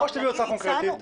או שתביאו הצעה קונקרטית,